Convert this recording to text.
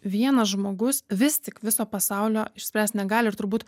vienas žmogus vis tik viso pasaulio išspręst negali ir turbūt